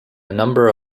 number